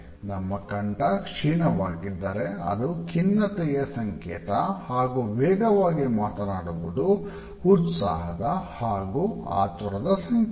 ನಮ್ಮ ಕಂಠ ಕ್ಷೀಣವಾಗಿದ್ದರೆ ಅದು ಖಿನ್ನತೆಯ ಸಂಕೇತ ಹಾಗು ವೇಗವಾಗಿ ಮಾತನಾಡುವುದು ಉತ್ಸಾಹದ ಹಾಗು ಆತುರದ ಸಂಕೇತ